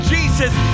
Jesus